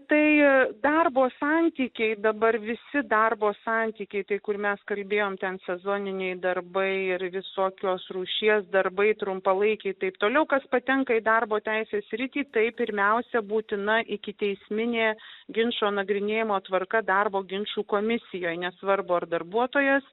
tai darbo santykiai dabar visi darbo santykiai tai kur mes kalbėjome ten sezoniniai darbai ir visokios rūšies darbai trumpalaikiai taip toliau kas patenka į darbo teisės sritį tai pirmiausia būtina ikiteisminė ginčo nagrinėjimo tvarka darbo ginčų komisijoje nesvarbu ar darbuotojas